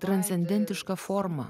transcendentišką formą